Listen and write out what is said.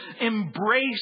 embrace